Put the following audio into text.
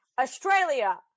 Australia